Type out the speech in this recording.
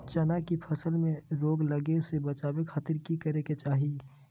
चना की फसल में रोग लगे से बचावे खातिर की करे के चाही?